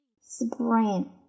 Spring